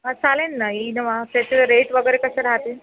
हां चालेल ना इनोव्हा त्याचे रेट वगैरे कसे राहतील